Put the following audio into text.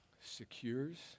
secures